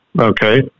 Okay